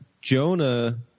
Jonah